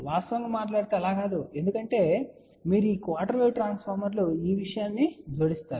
వాస్తవంగా మాట్లాడితే అలా కాదు ఎందుకంటే మీరు ఈ క్వార్టర్ వేవ్ ట్రాన్స్ఫార్మర్లు ఈ విషయాన్ని జోడిస్తారు